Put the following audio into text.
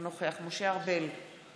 אינו נוכח משה ארבל,